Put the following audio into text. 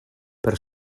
per